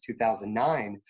2009